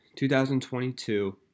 2022